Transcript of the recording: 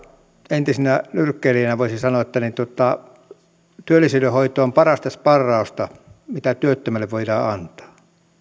entisenä nyrkkeilijänä voisin sanoa että työllisyydenhoito on parasta sparrausta mitä työttömälle voidaan antaa